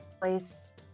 place